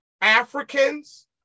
Africans